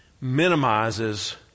minimizes